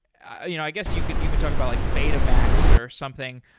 i guess you could you could talk about like betamax or something,